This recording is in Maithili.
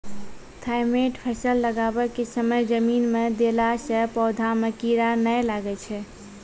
थाईमैट फ़सल लगाबै के समय जमीन मे देला से पौधा मे कीड़ा नैय लागै छै?